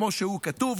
כמו שהוא כתוב,